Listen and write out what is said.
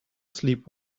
sleep